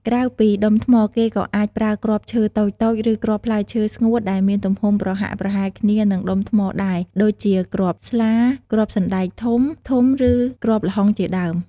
ក្រៅពីដុំថ្ម គេក៏អាចប្រើគ្រាប់ឈើតូចៗ ឬគ្រាប់ផ្លែឈើស្ងួតដែលមានទំហំប្រហាក់ប្រហែលគ្នានឹងដុំថ្មដែរដូចជាគ្រាប់ស្លា គ្រាប់សណ្ដែកធំៗ ឬគ្រាប់ល្ហុងជាដើម។